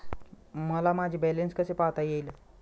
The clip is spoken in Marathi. मला माझे बॅलन्स कसे पाहता येईल?